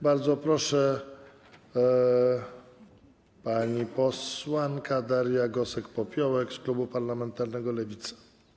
Bardzo proszę, pani posłanka Daria Gosek-Popiołek z klubu parlamentarnego Lewica.